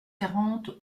quarante